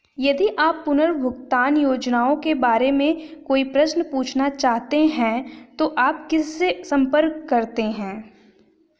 यदि आप पुनर्भुगतान योजनाओं के बारे में कोई प्रश्न पूछना चाहते हैं तो आप किससे संपर्क करते हैं?